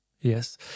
Yes